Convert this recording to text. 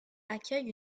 accueille